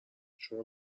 شما